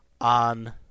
on